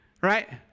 right